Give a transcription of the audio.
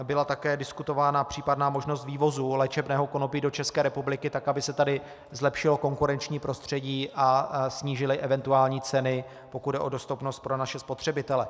Byla také diskutována případná možnost vývozu léčebného konopí do České republiky tak, aby se tady zlepšilo konkurenční prostředí a snížily eventuální ceny, pokud jde o dostupnost pro naše spotřebitele.